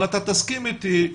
אבל אתה תסכים אתי,